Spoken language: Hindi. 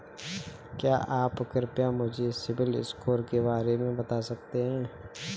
क्या आप कृपया मुझे सिबिल स्कोर के बारे में बता सकते हैं?